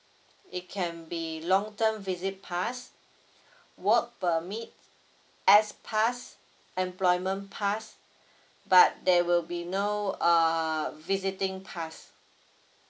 it can be long term visit pass work permit S pass employment pass but there will be no err visiting pass